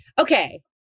Okay